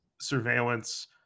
surveillance